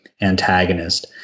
antagonist